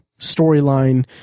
storyline